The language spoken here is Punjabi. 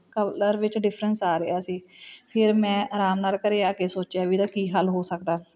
ਕਲਰ ਵਿੱਚ ਡਿਫਰੈਂਸ ਆ ਰਿਹਾ ਸੀ ਫਿਰ ਮੈਂ ਆਰਾਮ ਨਾਲ ਘਰ ਆ ਕੇ ਸੋਚਿਆ ਵੀ ਇਹਦਾ ਕੀ ਹੱਲ ਹੋ ਸਕਦਾ